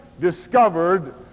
discovered